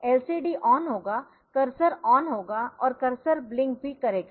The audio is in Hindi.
LCD ऑन होगा कर्सर ऑन होगा और कर्सर ब्लिंक भी करेगा